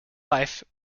life